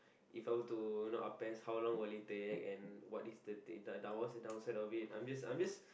If I were to not opposed how long will it take and what is the thing of it I'm just I'm just